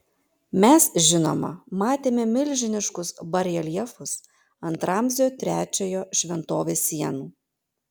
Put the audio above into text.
mes žinoma matėme milžiniškus bareljefus ant ramzio trečiojo šventovės sienų